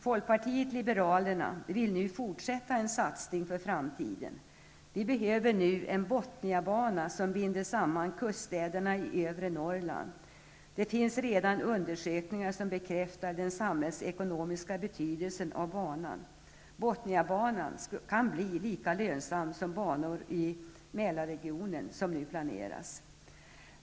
Folkpartiet liberalerna vill nu fortsätta en satsning för framtiden. Vi behöver en Botniabana, som binder samman kuststäderna i övre Norrland. Det finns redan undersökningar som bekräftar den samhällsekonomiska betydelsen av banan. Botniabanan kan bli lika lönsam som banor i Mälarregionen som nu planeras.